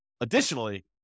additionally